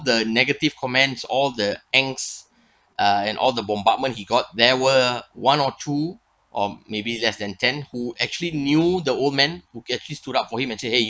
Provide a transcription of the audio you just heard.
the negative comments all the angst uh and all the bombardment he got there were one or two or maybe less than ten who actually knew the old man will actually stood up for him and say !hey!